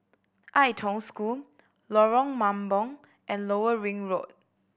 Ai Tong School Lorong Mambong and Lower Ring Road